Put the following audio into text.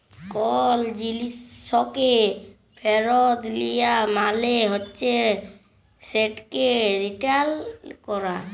call জিলিসকে ফিরত লিয়া মালে হছে সেটকে রিটার্ল ক্যরা